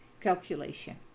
calculation